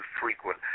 frequent